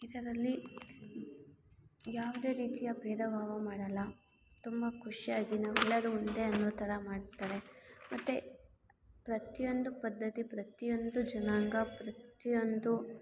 ಇದರಲ್ಲಿ ಯಾವುದೇ ರೀತಿಯ ಭೇದ ಭಾವ ಮಾಡಲ್ಲ ತುಂಬ ಖುಷಿಯಾಗಿ ನಾವೆಲ್ಲರೂ ಒಂದೇ ಅನ್ನೋಥರ ಮಾಡ್ತಾರೆ ಮತ್ತು ಪ್ರತಿಯೊಂದು ಪದ್ಧತಿ ಪ್ರತಿಯೊಂದು ಜನಾಂಗ ಪ್ರತಿಯೊಂದು